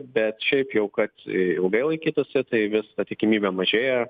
bet šiaip jau kad ilgai laikytųsi tai vis ta tikimybė mažėja